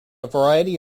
variety